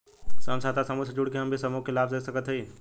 स्वयं सहायता समूह से जुड़ के हम भी समूह क लाभ ले सकत हई?